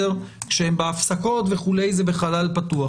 כשהם בהפסקות וכולי, זה בחלל פתוח.